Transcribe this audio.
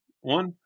one